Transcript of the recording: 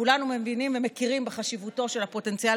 וכולנו מבינים ומכירים בחשיבותו של הפוטנציאל